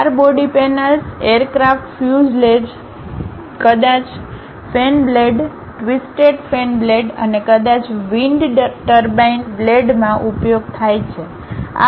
car body panels aircraft fuselage કદાચ fan blade twisted fan blade અને કદાચ wind turbine blade માં ઉપયોગ થાય છે